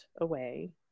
away